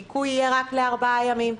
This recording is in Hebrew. ניכוי יהיה רק לארבעה ימים.